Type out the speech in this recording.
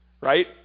Right